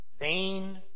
Vain